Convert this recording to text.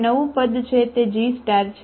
જે નવું પદ છે તે G છે